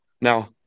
Now